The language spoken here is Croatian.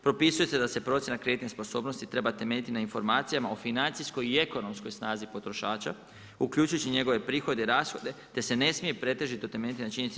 Propisuje se da se procjena kreditne sposobnosti treba temeljiti na informacijama o financijskoj i ekonomskoj snazi potrošača uključujući njegove prihode i rashode, te se ne smije pretežito temeljiti na činjenici